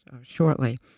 shortly